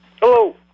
Hello